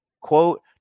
Quote